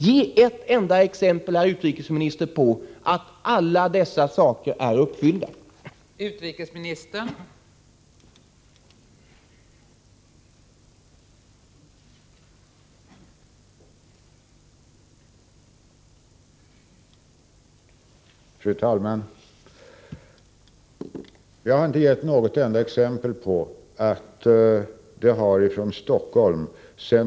Ge ett enda exempel, herr utrikesminister, på att alla dessa omständigheter förelegat vid behandlingen av ett ärende som rört ett privat företag!